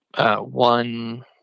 One